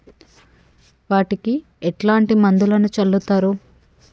వాటికి ఎట్లాంటి మందులను చల్లుతరు?